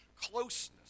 closeness